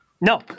No